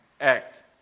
act